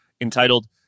entitled